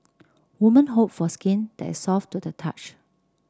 women hope for skin that is soft to the touch